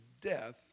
death